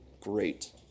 great